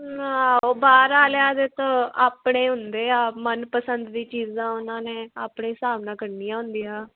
ਆਹੋ ਬਾਹਰ ਵਾਲਿਆਂ ਦੇ ਤਾਂ ਆਪਣੇ ਹੁੰਦੇ ਆ ਮਨਪਸੰਦ ਦੀ ਚੀਜ਼ਾਂ ਉਹਨਾਂ ਨੇ ਆਪਣੇ ਹਿਸਾਬ ਨਾਲ ਕਰਨੀਆਂ ਹੁੰਦੀਆਂ